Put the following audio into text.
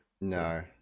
No